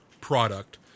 Product